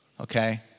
okay